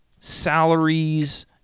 salaries